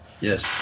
yes